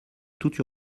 toute